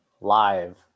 live